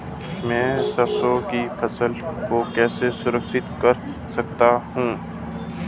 मैं सरसों की फसल को कैसे संरक्षित कर सकता हूँ?